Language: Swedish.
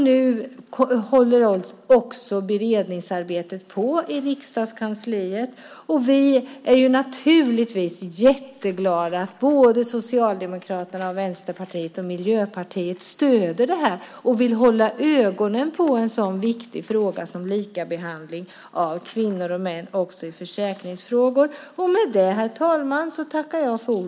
Nu håller också beredningsarbetet på i Regeringskansliet, och vi är naturligtvis jätteglada att både Socialdemokraterna, Vänsterpartiet och Miljöpartiet stöder det här och vill hålla ögonen på en så viktig fråga som likabehandling av kvinnor och män i försäkringsfrågor.